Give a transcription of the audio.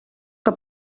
que